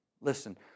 listen